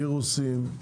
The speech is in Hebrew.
וירוסים,